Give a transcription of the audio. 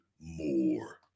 more